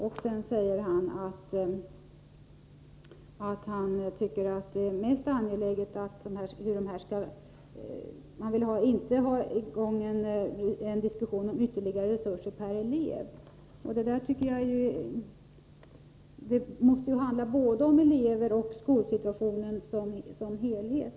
För det andra säger han att man inte vill ”få till stånd en diskussion om ytterligare resurser per elev”. Men det måste ju handla både om elever och om skolsituationen som helhet.